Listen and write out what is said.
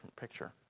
picture